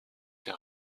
des